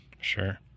Sure